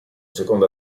secondo